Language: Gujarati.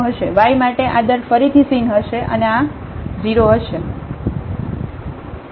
y માટે આદર ફરીથી sin હશે અને આ 0 હશે